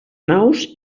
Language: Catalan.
naus